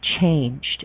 changed